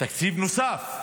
תקציב נוסף,